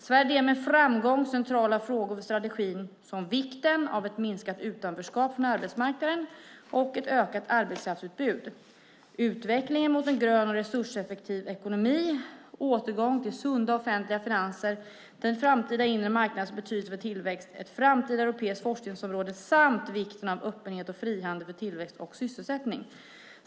Sverige drev med framgång centrala frågor för strategin som vikten av ett minskat utanförskap från arbetsmarknaden och ett ökat arbetskraftsutbud, utvecklingen mot en grön och resurseffektiv ekonomi, återgång till sunda offentliga finanser, den framtida inre marknadens betydelse för tillväxt, ett framtida europeiskt forskningsområde samt vikten av öppenhet och frihandel för tillväxt och sysselsättning.